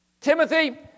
Timothy